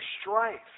strife